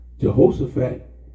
Jehoshaphat